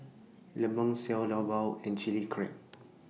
Lemang Xiao Long Bao and Chilli Crab